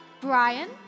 Brian